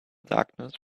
darkness